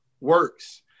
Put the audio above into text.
works